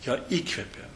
ją įkvėpė